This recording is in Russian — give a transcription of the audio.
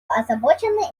озабочены